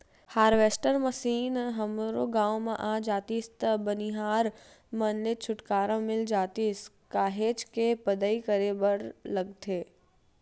harvester machine हमरो गाँव म आ जातिस त बनिहार मन ले छुटकारा मिल जातिस काहेच के पदई करे बर लगथे